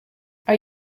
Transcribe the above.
are